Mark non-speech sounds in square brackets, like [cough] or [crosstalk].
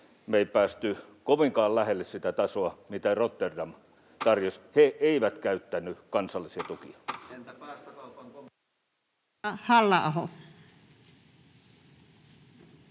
me ei päästy kovinkaan lähelle sitä tasoa, mitä Rotterdam tarjosi. [noise] He eivät käyttäneet kansallisia tukia.